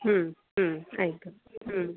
ಹ್ಞೂ ಹ್ಞೂ ಆಯಿತು ಹ್ಞೂ